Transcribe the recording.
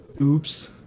Oops